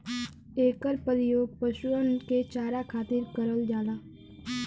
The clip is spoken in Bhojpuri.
एकर परियोग पशुअन के चारा खातिर करल जाला